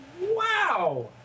Wow